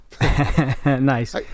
Nice